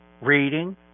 reading